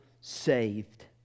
saved